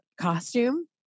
costume